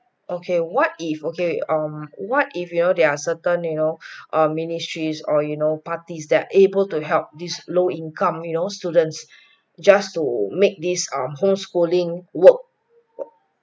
okay what if okay um what if you know there are certain you know um ministries or you know parties that able to help these low income you know students just to make this um homeschooling work